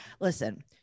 listen